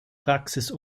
praxis